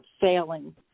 failing